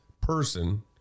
person